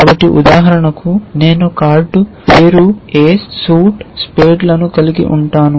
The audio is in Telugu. కాబట్టి ఉదాహరణకు నేను కార్డు పేరు ఏస్ సూట్ స్పేడ్లను కలిగి ఉంటాను